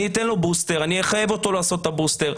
אני אחייב אותו לעשות את הבוסטר,